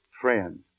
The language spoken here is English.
Friends